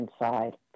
inside